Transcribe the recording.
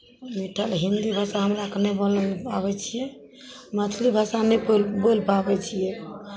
मीठा हिन्दी भाषा हमरा आरके नहि बोलय आबै छियै मैथिली भाषा नहि बोलि बोलि पाबै छियै